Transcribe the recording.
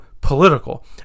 political